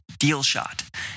DealShot